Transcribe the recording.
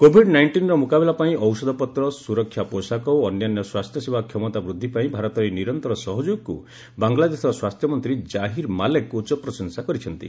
Covid ନାଇଷ୍ଟିନ୍ର ମୁକାବିଲାପାଇଁ ଔଷଧପତ୍ର ସୁରକ୍ଷା ପୋଷାକ ଓ ଅନ୍ୟାନ୍ୟ ସ୍ୱାସ୍ଥ୍ୟସେବା କ୍ଷମତା ବୃଦ୍ଧିପାଇଁ ଭାରତର ଏହି ନିରନ୍ତର ସହଯୋଗକୁ ବାଂଲାଦେଶର ସ୍ୱାସ୍ଥ୍ୟମନ୍ତ୍ରୀ ଜାହିର୍ ମାଲେକ୍ ଉଚ୍ଚ ପ୍ରଶଂସା କରିଛନ୍ତି